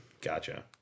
Gotcha